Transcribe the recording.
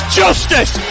justice